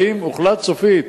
האם סופית